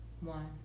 one